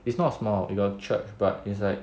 it's not small they got church but it's like